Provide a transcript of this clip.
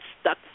stuck